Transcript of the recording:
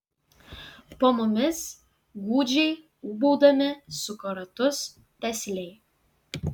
po mumis gūdžiai ūbaudami suko ratus pesliai